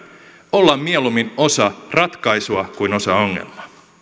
ollaan mieluummin osa ratkaisua kuin osa ongelmaa